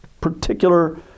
particular